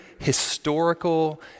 historical